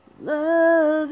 love